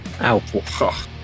Ow